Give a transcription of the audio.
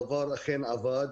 הדבר אכן עבד.